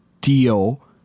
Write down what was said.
deal